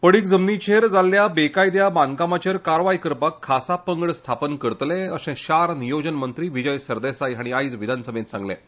पडीक जमनीचेर जाल्ल्या बेकायदा बांदकामाचेर कारवाय करपाक खासा पंगड स्थापन करतले अशें शार नियोजन मंत्री विजय सरदेसाय हांणी आयज विधानसभेंत सांगलां